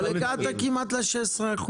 אבל הגעת כמעט ל-16%,